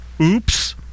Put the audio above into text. Oops